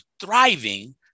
thriving